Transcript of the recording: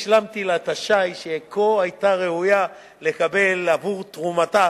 השלמתי לה את השי שכה היתה ראויה לקבל בעבור תרומתה